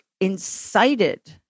incited